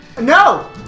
No